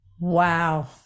Wow